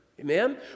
Amen